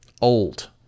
old